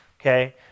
okay